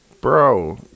Bro